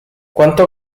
quanto